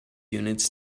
units